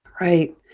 right